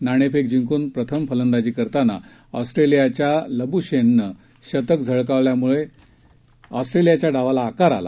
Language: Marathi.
नाणेफेक जिंकून प्रथम फलंदाजी करताना ऑस्ट्रेलियाच्या लब्शेननं शतक झळकावल्याम्ळे ऑस्ट्रेलियाच्या डावाला आकार आला